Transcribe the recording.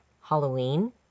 Halloween